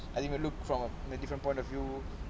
I think we look from a different point of view